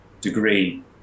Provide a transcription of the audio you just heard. degree